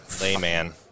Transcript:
layman